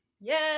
yes